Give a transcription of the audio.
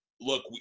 look